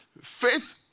Faith